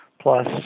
Plus